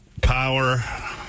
Power